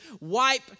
wipe